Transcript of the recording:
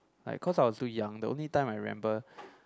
like cause I was too young the only time I remember